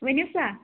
ؤنِو سا